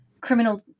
criminal